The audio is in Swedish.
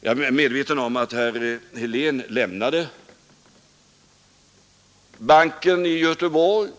Jag är väl medveten om att herr Helén lämnade banken i Göteborg.